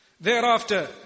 Thereafter